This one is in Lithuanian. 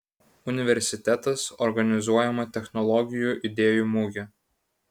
universitetas organizuojama technologijų idėjų mugė